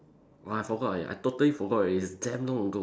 !wah! I forgot already I totally forgot already it's damn long ago